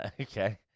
Okay